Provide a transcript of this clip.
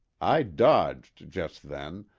i dodged just then,